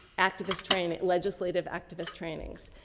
activist training, legislative activist trainings.